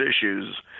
issues